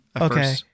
Okay